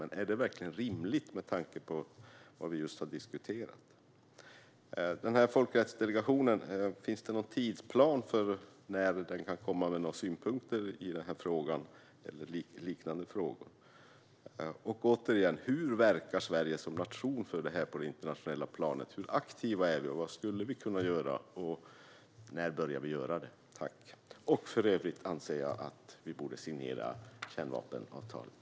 Men är det verkligen rimligt med tanke på vad vi just har diskuterat? Finns det någon tidsplan för när folkrättsdelegationen kan komma med några synpunkter i den här frågan eller i liknande frågor? Och återigen: Hur verkar Sverige som nation för det här på det internationella planet? Hur aktiva är vi, vad skulle vi kunna göra och när börjar vi göra det? För övrigt anser jag att vi borde signera kärnvapenavtalet.